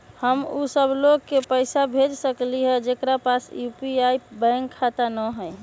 हम उ सब लोग के पैसा भेज सकली ह जेकरा पास यू.पी.आई बैंक खाता न हई?